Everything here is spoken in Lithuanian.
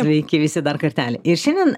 sveiki visi dar kartelį ir šiandien